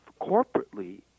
corporately